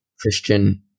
christian